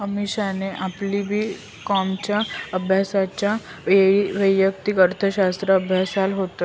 अमीषाने आपली बी कॉमच्या अभ्यासाच्या वेळी वैयक्तिक अर्थशास्त्र अभ्यासाल होत